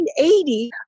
1980